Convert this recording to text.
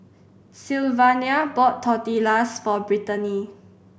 Sylvania bought Tortillas for Britany